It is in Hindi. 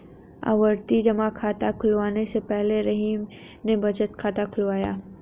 आवर्ती जमा खाता खुलवाने से पहले रहीम ने बचत खाता खुलवाया